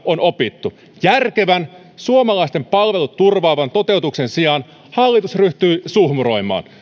on opittu järkevän suomalaisten palvelut turvaavan toteutuksen sijaan hallitus ryhtyi suhmuroimaan